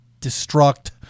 destruct